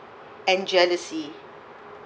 and jealousy